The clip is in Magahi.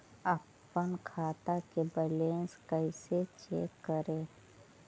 अपन खाता के बैलेंस कैसे चेक करे?